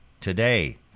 today